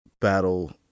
battle